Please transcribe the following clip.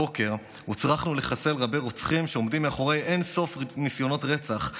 הבוקר הוצרכנו לחסל רבי רוצחים שעומדים מאחורי אין-סוף ניסיונות רצח,